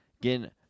Again